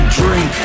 drink